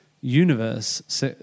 universe